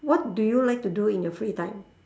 what do you like to do in your free time